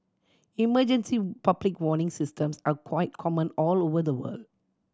emergency public warning systems are quite common all over the world